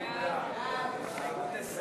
בעד, 36,